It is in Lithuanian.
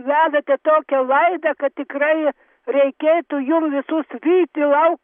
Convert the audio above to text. vedate tokią laidą kad tikrai reikėtų jum visus vyti lauk